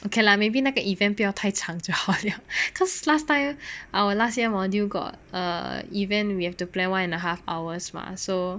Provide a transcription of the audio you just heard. okay lah maybe 那个 event 不要太长就好 liao cause last time our last year module got err event we have to plan one and a half hours mah so